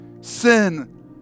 sin